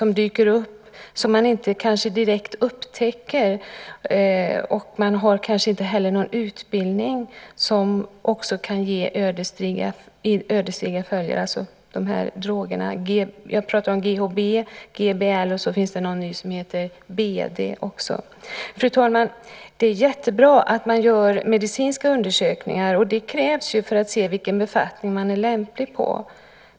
Man kanske inte upptäcker dem direkt och har kanske inte heller någon utbildning om dem, och det kan ge ödesdigra följder. Jag pratar om drogerna GHB och GBL. Det finns också en ny drog som heter BD. Fru talman! Det är jättebra att det görs medicinska undersökningar, och det krävs ju för att se vilken befattning man är lämplig för.